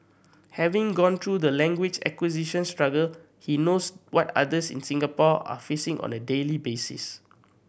having gone through the language acquisition struggle he knows what others in Singapore are facing on a daily basis